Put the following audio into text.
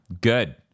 good